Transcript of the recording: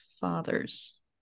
father's